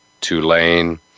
Tulane